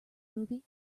movie